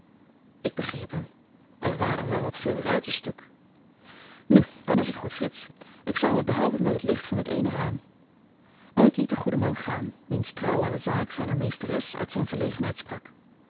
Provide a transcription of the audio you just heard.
ik begreep hem er waren wel wat veel ruiten stuk nu dan is het goed frits ik zal mij behelpen met het licht van dit eene raam en ik liet den goeden man gaan wiens trouw aan de zaak zijner meesteres uit zijne verlegenheid sprak